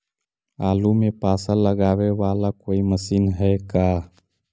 आलू मे पासा लगाबे बाला कोइ मशीन है का?